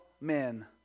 men